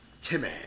Timmy